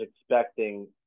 expecting